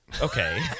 Okay